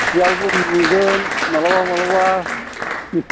सियालबो नुगोन माब्लाबा माब्लाबा